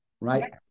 Right